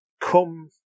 Come